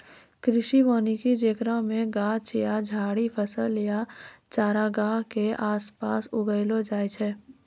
कृषि वानिकी जेकरा मे गाछ या झाड़ि फसल या चारगाह के आसपास उगैलो जाय छै